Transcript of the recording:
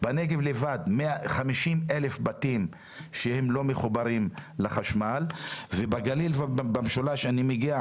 150,000 בתים שהם לא מחוברים לחשמל ובגליל ובמשולש אני מגיע,